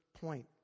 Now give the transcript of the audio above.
point